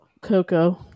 Coco